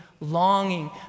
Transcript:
longing